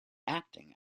acting